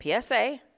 PSA